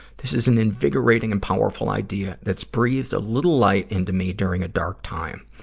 this is an invigorating and powerful idea that's breathed a little light into me during a dark time.